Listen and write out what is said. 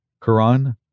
Quran